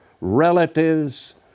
relatives